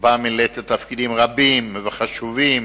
שבה מילאת תפקידים רבים וחשובים